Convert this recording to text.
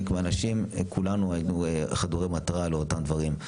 מהאנשים כולנו היינו חדורי מטרה לאותם דברים,